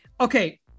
okay